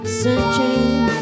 searching